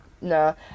no